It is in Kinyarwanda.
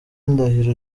ndahiro